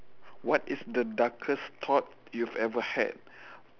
what is the darkest thought you've ever had